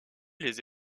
les